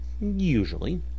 usually